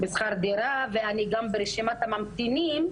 בשכר דירה ואני גם ברשימת הממתינים,